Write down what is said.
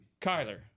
Kyler